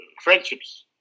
friendships